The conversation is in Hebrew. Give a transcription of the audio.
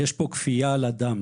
יש פה כפייה על אדם.